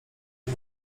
nie